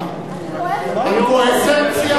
אני כועסת.